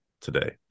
today